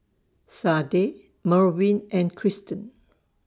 Sade Merwin and Krysten